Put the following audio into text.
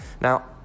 now